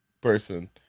person